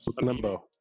Limbo